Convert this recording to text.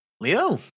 Leo